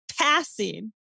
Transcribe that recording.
passing